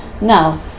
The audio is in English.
Now